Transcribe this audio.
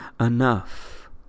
enough